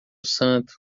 santo